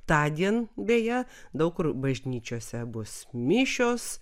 tądien beje daug kur bažnyčiose bus mišios